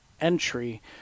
entry